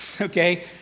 Okay